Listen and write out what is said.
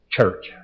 Church